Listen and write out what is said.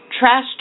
trashed